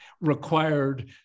required